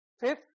Fifth